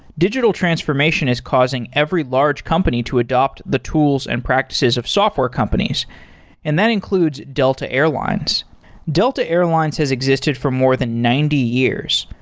digital transformation is causing every large company to adopt the tools and practices of software companies and that includes delta airlines delta airlines has existed for more than ninety years.